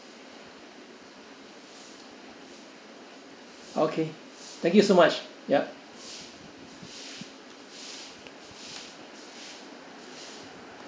okay thank you so much ya